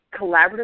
collaborative